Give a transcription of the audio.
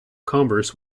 converse